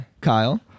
kyle